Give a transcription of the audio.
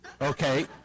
okay